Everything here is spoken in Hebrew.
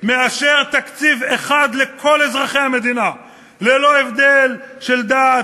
מאשר תקציב אחד לכל אזרחי המדינה ללא הבדל של דת,